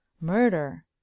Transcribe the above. Murder